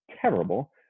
terrible